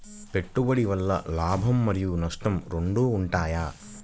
పెట్టుబడి వల్ల లాభం మరియు నష్టం రెండు ఉంటాయా?